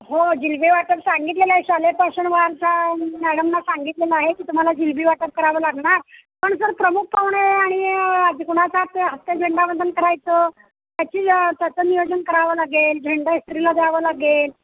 हो जिलेबी वाटप सांगितलेलं आहे शालेय परसनवानचा मॅडम ना सांगितलेलं आहे की तुम्हाला जिलेबी वाटप करावं लागणार पण सर प्रमुख पाहुणे आणि कुणाच्या हस्ते हस्ते झेंडावंदन करायचं त्याची त्याचं नियोजन करावं लागेल झेंडा इस्त्रीला द्यावा लागेल